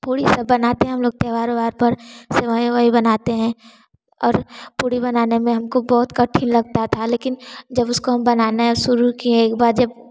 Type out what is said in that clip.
थोड़ी सब बनाते हम लोग त्यौहार ओहार पर सेवई वेमई बनाते हैं और पूड़ी बनाने में हमको बहुत कठिन लगता था लेकिन जब उसको हम बनाना शुरू किए एक बार जब